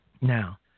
Now